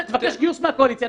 תבקש גיוס מהקואליציה,